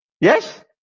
Yes